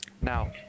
Now